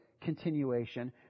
continuation